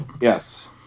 Yes